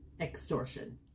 extortion